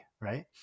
right